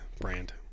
brand